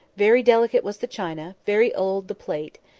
very delicate was the china, very old the plate,